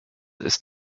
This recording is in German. ist